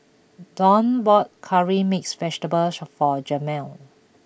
Dwane bought Curry Mixed Vegetable for Jamal